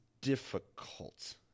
difficult